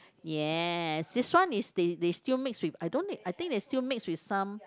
yes this one is they they still mix with I don't think I think they still mix with some